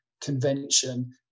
convention